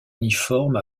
uniforme